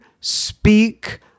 Speak